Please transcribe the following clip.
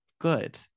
good